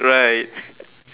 right